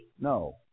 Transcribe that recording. No